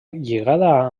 lligada